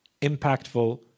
impactful